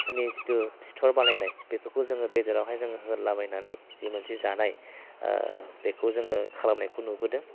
जितु फिथर बानायनाय बेफोरखौ जोङो बेदरावहाय जोङो होलाबायनानै जि मोनसे जानाय बेखौ जोङो खालामनायखौ नुबोदों